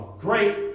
great